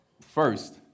first